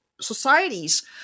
societies